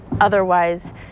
otherwise